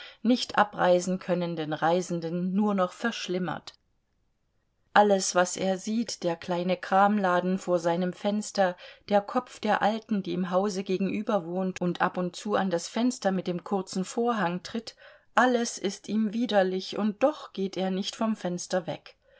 nicht abreisen könnenden reisenden nur noch verschlimmert alles was er sieht der kleine kramladen vor seinem fenster der kopf der alten die im hause gegenüber wohnt und ab und zu an das fenster mit dem kurzen vorhang tritt alles ist ihm widerlich und doch geht er nicht vom fenster weg